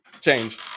change